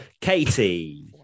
Katie